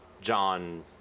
John